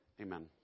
amen